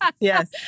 yes